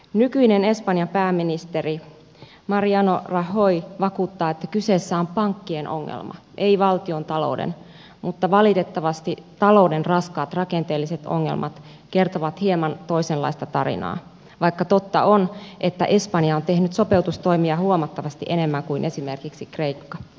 nykyinen espanjan pääministeri mariano rajoy vakuuttaa että kyseessä on pankkien ongelma ei valtiontalouden mutta valitettavasti talouden raskaat rakenteelliset ongelmat kertovat hieman toisenlaista tarinaa vaikka totta on että espanja on tehnyt sopeutustoimia huomattavasti enemmän kuin esimerkiksi kreikka